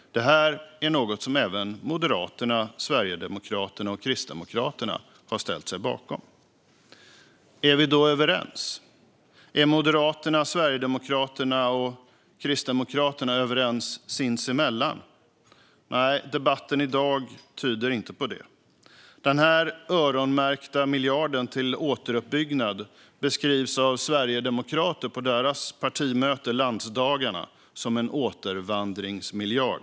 Detta är något som även Moderaterna, Sverigedemokraterna och Kristdemokraterna har ställt sig bakom. Är vi då överens? Är Moderaterna, Sverigedemokraterna och Kristdemokraterna överens sinsemellan? Nej, debatten i dag tyder inte på det. Den öronmärkta miljarden till återuppbyggnad har av sverigedemokrater på deras partimöte - landsdagarna - beskrivits som en återvandringsmiljard.